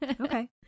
Okay